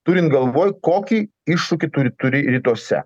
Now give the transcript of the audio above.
turint galvoj kokį iššūkį turi turi rytuose